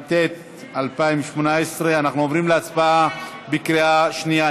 התשע"ט 2018, הצבעה בקריאה שנייה.